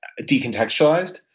decontextualized